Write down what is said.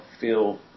feel